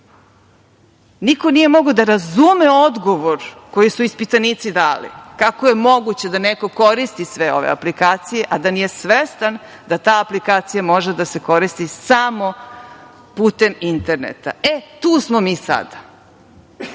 Niko nije mogao da razume odgovor koje su ispitanici dali. Kako je moguće da neko koristi sve ove aplikacije, a da nije svestan da ta aplikacija može da se koristi putem interneta? Tu smo mi